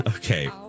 Okay